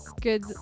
good